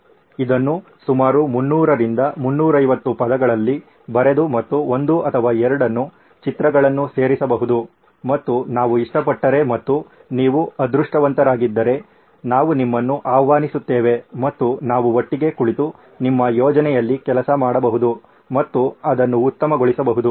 ಇದನ್ನು ಸುಮಾರು 300 ರಿಂದ 350 ಪದಗಳಲ್ಲಿ ಬರೆದು ಮತ್ತು ಒಂದು ಅಥವಾ ಎರಡನ್ನು ಚಿತ್ರಗಳನ್ನು ಸೇರಿಸಬಹುದು ಮತ್ತು ನಾವು ಇಷ್ಟಪಟ್ಟರೆ ಮತ್ತು ನೀವು ಅದೃಷ್ಟವಂತರಾಗಿದ್ದರೆ ನಾವು ನಿಮ್ಮನ್ನು ಆಹ್ವಾನಿಸುತ್ತೇವೆ ಮತ್ತು ನಾವು ಒಟ್ಟಿಗೆ ಕುಳಿತು ನಿಮ್ಮ ಯೋಜನೆಯಲ್ಲಿ ಕೆಲಸ ಮಾಡಬಹುದು ಮತ್ತು ಅದನ್ನು ಉತ್ತಮಗೊಳಿಸಬಹುದು